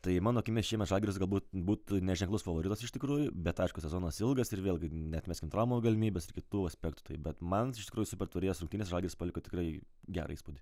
tai mano akimis šiemet žalgiris galbūt būtų neženklus favoritas iš tikrųjų bet aišku sezonas ilgas ir vėlgi neatmeskim traumų galimybės ir kitų aspektų taip bet man iš tikrųjų super taurės rungtynėse žalgiris paliko tikrai gerą įspūdį